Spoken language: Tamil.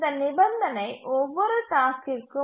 இந்த நிபந்தனை ஒவ்வொரு டாஸ்க்கிற்கும்